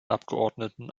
abgeordneten